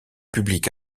public